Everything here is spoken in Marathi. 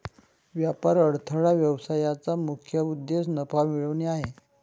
व्यापार अडथळा व्यवसायाचा मुख्य उद्देश नफा मिळवणे आहे